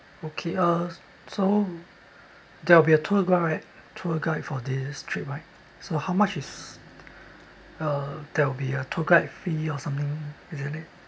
okay uh so there will be a tour guide right tour guide for this trip right so how much is uh there'll be a tour guide fee or something is that it